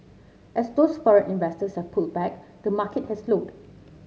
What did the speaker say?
as those foreign investors have pulled back the market has slowed